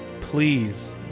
please